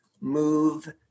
move